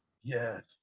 Yes